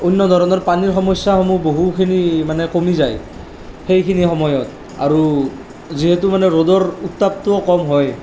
অন্য ধৰণৰ পানীৰ সমস্যাসমূহ বহুখিনি মানে কমি যায় সেইখিনি সময়ত আৰু যিহেতু মানে ৰ'দৰ উত্তাপটোও কম হয়